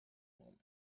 moment